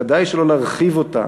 ודאי שלא להרחיב אותה.